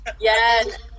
Yes